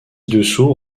dessous